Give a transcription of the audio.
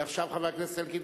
עכשיו חבר הכנסת אלקין.